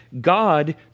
God